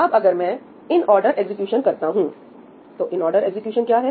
अब अगर मैं इनऑर्डर एग्जीक्यूशन करता हूं तो इनऑर्डर एग्जीक्यूशन क्या है